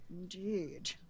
Indeed